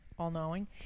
all-knowing